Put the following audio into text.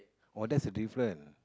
oh that's a different